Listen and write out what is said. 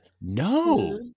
No